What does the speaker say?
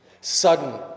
Sudden